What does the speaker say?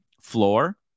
floor